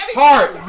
heart